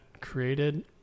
created